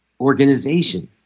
organization